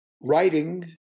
writing